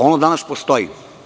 Ono danas postoji.